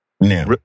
now